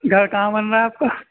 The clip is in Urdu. گھر کام بن رہا ہے آپ کا